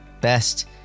best